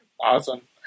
Awesome